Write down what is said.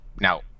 Now